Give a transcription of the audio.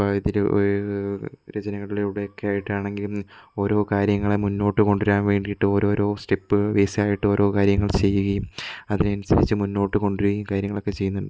ഇപ്പം ഇതില് രചനകളിലൂടെയൊക്കെ ആയിട്ടാണെങ്കിലും ഓരോ കാര്യങ്ങളെ മുന്നോട്ട് കൊണ്ട് വരാൻ വേണ്ടീട്ട് ഓരോരോ സ്റ്റെപ്പ് ബേസായിട്ട് ഓരോ കാര്യങ്ങൾ ചെയ്യുകയും അതിനനുസരിച്ച് മുന്നോട്ട് കൊണ്ട് വരികയും കാര്യങ്ങളൊക്കെ ചെയ്യുന്നുണ്ട്